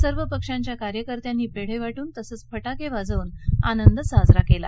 सर्व पक्षांच्या कार्यकर्त्यांनी पेढे वाट्रन तसंच फटाके वाजवून आंनद साजरा केला